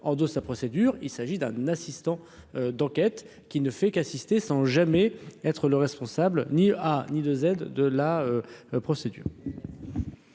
En 2 la procédure, il s'agit d'un assistant d'enquête qui ne fait qu'assister sans jamais être le responsable n'y a ni de Z de la procédure.